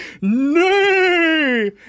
Nay